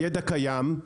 הידע קיים,